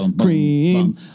cream